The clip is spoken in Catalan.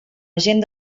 agent